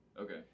Okay